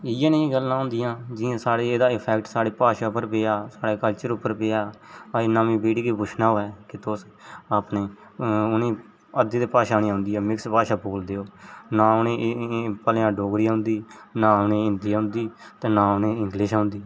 इ'यै नेंई गल्लां होंदियां जि'यां सारे एह्दा इफेक्ट साढ़े भाशा उप्पर पेआ साढ़े कल्चर उप्पर पेआ अजें नमीं पीढ़ी गी पुच्छना होऐ के तुस अपने उ'नें गी अद्धी ते भाशा निं औंदी ऐ मिक्स भाशा बोलदे ओह् ना उ'नें गी भलेआं डोगरी औंदी ते ना उ'नें गी हिन्दी औंदी ते ना उ'नें गी इंग्लिश औंदी